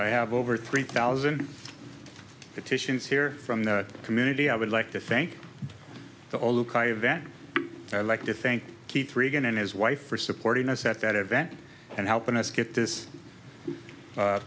i have over three thousand petitions here from the community i would like to thank to all of that i like to thank keith regan and his wife for supporting us at that event and helping us get this